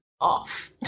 off